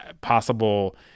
possible